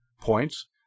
points